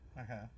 Okay